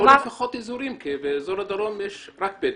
תנו לפחות באזורים כי באזור הדרום יש בעיקר רק בדואים.